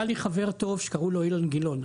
היה לי חבר טוב שקראו לו אילן גילאון.